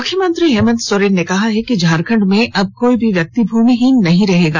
मुख्यमंत्री हेमंत सोरेन ने कहा है कि झारखंड में अब कोई भी व्यक्ति भूमिहीन नहीं रहेगा